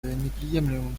неприемлемым